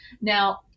Now